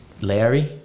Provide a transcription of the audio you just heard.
Larry